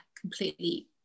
completely